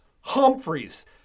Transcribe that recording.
Humphreys